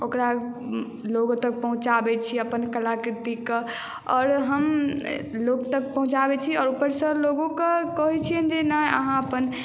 ओकरा लोग तक पहुँचाबै छी अपना कलाकृति के आओर हम लोक तक पहुंचाबै छी आओर ऊपरसँ लोगो के कहै छियनि जे नहि आहाँ अपन